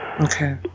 Okay